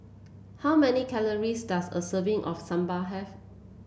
how many calories does a serving of sambal have